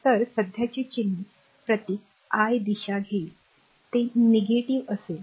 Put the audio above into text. तर सध्याचे चिन्हे प्रतीक I दिशा घेईन ते negativeनकारात्मक असेल